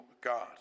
God